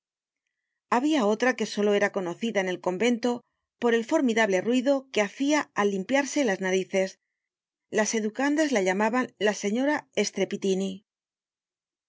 habia otra que solo era conocida en el convento por el formidable ruido que hacia al limpiarse las narices las educandas la llamaban la señora estrepitini